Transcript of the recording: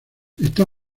está